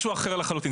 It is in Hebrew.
זה משהו אחר לחלוטין,